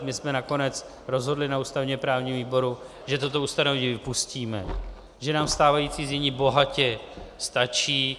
My jsme nakonec rozhodli na ústavněprávním výboru, že toto ustanovení vypustíme, že nám stávající znění bohatě stačí.